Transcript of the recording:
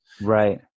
Right